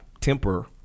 temper